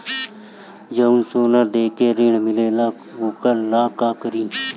जवन सोना दे के ऋण मिलेला वोकरा ला का करी?